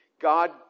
God